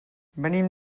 venim